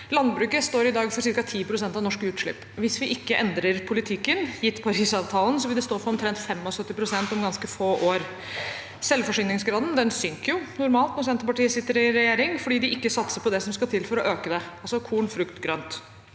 Landbruket står i dag for ca. 10 pst. av norske utslipp, og hvis vi ikke endrer politikken, gitt Parisavtalen, vil det stå for omtrent 75 pst. om ganske få år. Selvforsyningsgraden synker – som normalt når Senterpartiet sitter i regjering, fordi de ikke satser på det som skal til for å øke den, altså korn, frukt og grønt.